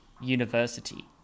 university